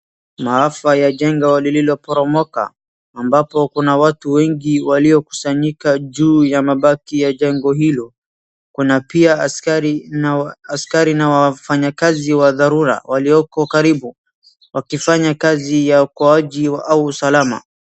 Maafa ya jengo liloporomoka ambapo kuna watu wengi waliokusanyika juu ya mabaki la jengo hilo. Kuna pia askari na wafanyakazi wadharura walioko karibu wakifanya kazi ya uokoaji au usalama.